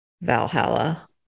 Valhalla